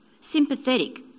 sympathetic